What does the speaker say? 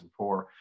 2004